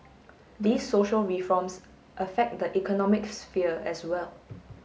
these social reforms affect the economic sphere as well